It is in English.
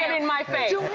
and in my face!